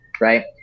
right